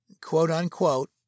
quote-unquote